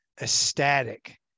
ecstatic